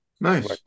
Nice